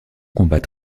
combat